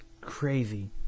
crazy